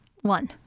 One